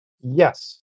Yes